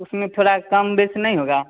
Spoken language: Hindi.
उसमें थोड़ा कमो बेशी नहीं होगी